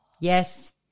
Yes